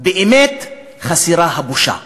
באמת חסרה הבושה.